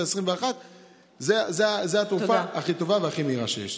2021. זו התרופה הכי טובה והכי מהירה שיש.